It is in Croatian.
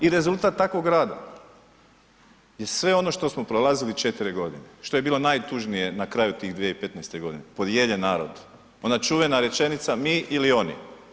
I rezultat takvog rada je sve ono što smo prolazili 4 godine, što je bilo najtužnije na kraju tih 2015. godine, podijeljen narod, ona čuvena rečenica: Mi ili oni.